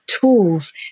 tools